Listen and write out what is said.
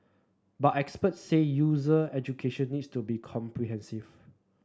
but experts said user education needs to be comprehensive